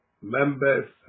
Members